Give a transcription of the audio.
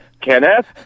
Kenneth